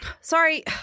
sorry